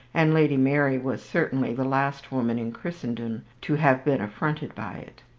and lady mary was certainly the last woman in christendom to have been affronted by it.